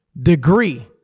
degree